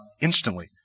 instantly